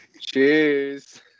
Cheers